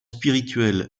spirituel